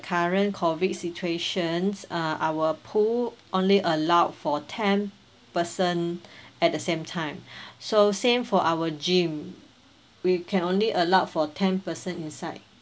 current COVID situations uh our pool only allowed for ten person at the same time so same for our gym we can only allowed for ten person inside